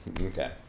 Okay